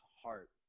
heart